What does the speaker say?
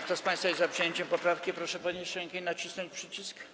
Kto z państwa jest za przyjęciem poprawki, proszę podnieść rękę i nacisnąć przycisk.